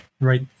Right